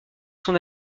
son